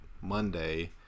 Monday